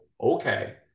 okay